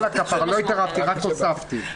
יאללה כפרה, לא התערבתי, רק הוספתי.